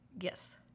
yes